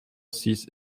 six